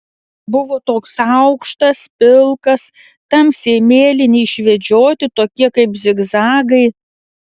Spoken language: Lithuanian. buvo toks aukštas pilkas tamsiai mėlyni išvedžioti tokie kaip zigzagai